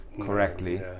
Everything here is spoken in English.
correctly